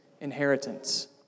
inheritance